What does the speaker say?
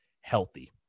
healthy